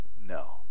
no